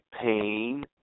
pain